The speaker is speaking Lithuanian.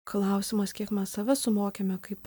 klausimas kiek mes save suvokiame kaip